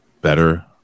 better